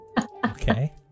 Okay